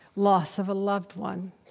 loss of a loved one,